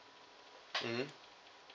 mm